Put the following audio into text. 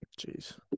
Jeez